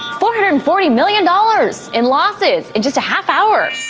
four-hundred-and forty million dollars in losses in just a half hour.